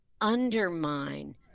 undermine